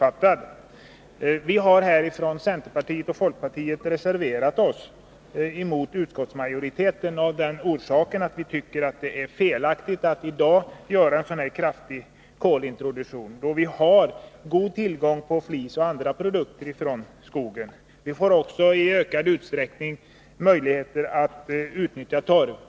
Centerpartiets och folkpartiets representanter i jordbruksutskottet har reserverat sig mot utskottsmajoriteten av den orsaken att vi tycker att det är felaktigt att i dag göra en kraftig kolintroduktion, när det finns tillgång till flis och andra produkter från skogen. I ökad utsträckning kommer det också att bli möjligt att utnyttja torv.